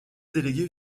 délégués